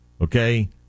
okay